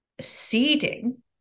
seeding